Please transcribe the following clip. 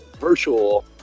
virtual